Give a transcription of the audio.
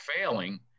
failing